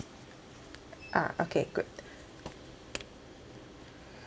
ah okay good